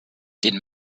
den